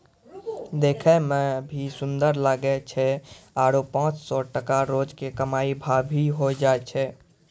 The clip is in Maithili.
देखै मॅ भी सुन्दर लागै छै आरो पांच सौ टका रोज के कमाई भा भी होय जाय छै